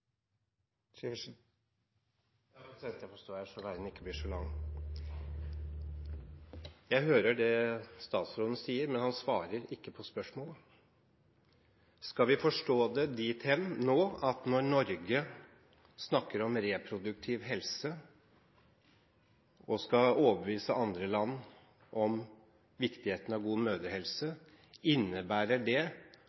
Jeg hører det statsråden sier, men han svarer ikke på spørsmålet. Skal vi forstå det dit hen nå at når Norge snakker om reproduktiv helse og skal overbevise andre land om viktigheten av god mødrehelse,